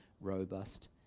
robust